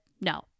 no